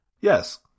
yes